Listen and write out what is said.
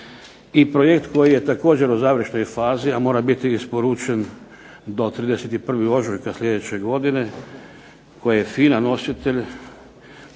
I Projekt koji je također u završnoj fazi a treba biti isporučen do 31. ožujka sljedeće godine, koje je FINA nositelj